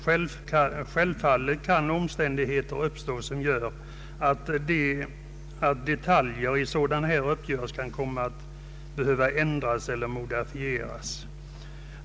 Självfallet kan omständigheter uppstå som gör att detaljer i sådana här uppgörelser behöver ändras eller modifieras.